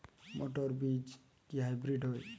মটর বীজ কি হাইব্রিড হয়?